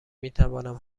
میتوانم